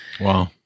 Wow